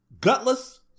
Gutless